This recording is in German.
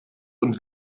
und